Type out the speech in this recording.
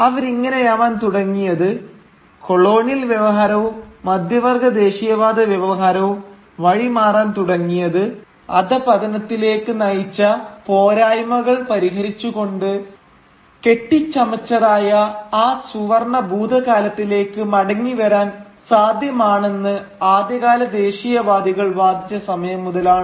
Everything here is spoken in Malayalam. അവരിങ്ങനെയാവാൻ തുടങ്ങിയത് കൊളോണിയൽ വ്യവഹാരവും മധ്യവർഗ്ഗ ദേശീയവാദ വ്യവഹാരവും വഴിമാറാൻ തുടങ്ങിയത് അധഃപതനത്തിലേക്ക് നയിച്ച പോരായ്മകൾ പരിഹരിച്ചുകൊണ്ട് കെട്ടിച്ചമച്ചതായ ആ സുവർണ്ണ ഭൂതകാലത്തിലേക്ക് മടങ്ങിവരാൻ സാധ്യമാണെന്ന് ആദ്യകാല ദേശീയവാദികൾ വാദിച്ച സമയം മുതലാണ്